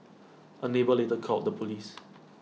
A neighbour later called the Police